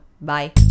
Bye